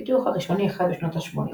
הפיתוח הראשוני החל בשנות ה־80.